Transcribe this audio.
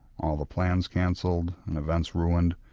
all the plans cancelled and events ruined,